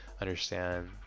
understand